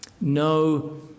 no